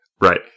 Right